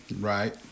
Right